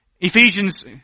Ephesians